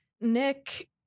Nick